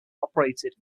operated